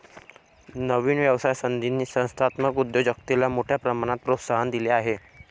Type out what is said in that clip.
नवीन व्यवसाय संधींनी संस्थात्मक उद्योजकतेला मोठ्या प्रमाणात प्रोत्साहन दिले आहे